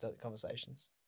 conversations